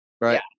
Right